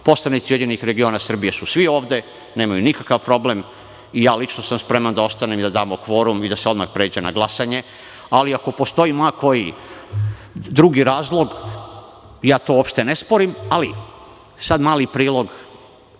Poslanici URS su svi ovde, nemaju nikakav problem i ja sam lično spreman da ostanem i da damo kvorum i da se odmah pređe na glasanje. Ali, ako postoji ma koji drugi razlog, ja to uopšte ne sporim. Ali, sada mali prilog